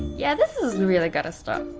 yeah this is really gotta stop